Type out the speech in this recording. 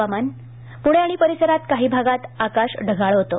हवामान पुणे आणि परिसरांत काही भागांत आकाश ढगाळ होतं